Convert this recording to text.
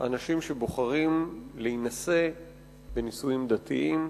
אנשים שבוחרים להינשא בנישואים דתיים,